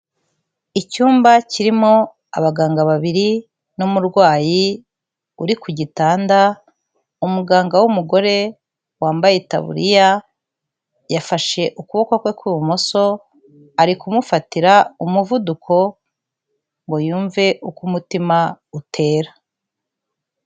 Icyumba kirimo abaganga babiri n'umurwayi uri ku gitanda, umuganga w'umugore wambaye itaburiya yafashe ukuboko kwe kw'ibumoso, ari kumufatira umuvuduko ngo yumve uko umutima utera.